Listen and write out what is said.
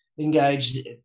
engaged